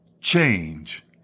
change